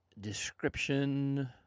description